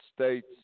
States